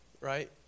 Right